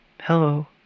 Hello